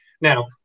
Now